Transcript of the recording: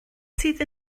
sydd